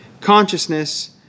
consciousness